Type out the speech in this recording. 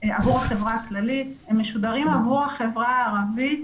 עבור החברה הכללית והם משודרים עבור החברה הערבית